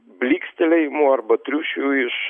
blykstelėjimų arba triušių iš